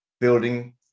building